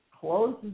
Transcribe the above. close